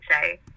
say